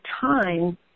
time